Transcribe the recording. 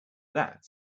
that